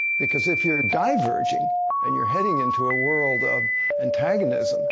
because if you're diverging and you're heading into a world of antagonism